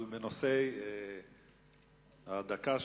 אבל בנושא הדקה שמותרת,